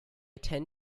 tend